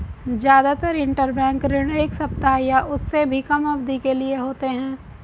जादातर इन्टरबैंक ऋण एक सप्ताह या उससे भी कम अवधि के लिए होते हैं